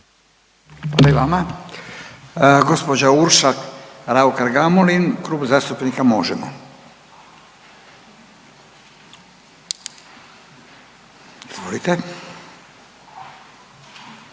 Gospođa Urša Raukar Gamulin Klub zastupnika Možemo. Izvolite.